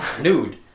nude